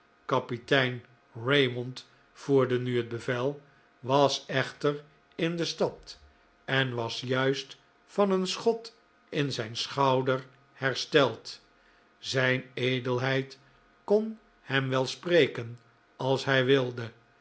kapitein raymond voerde nu het bevel was echter in de stad en was juist van een schot in zijn schouder hersteld zijn edelheid kon hem wel spreken als hij wilde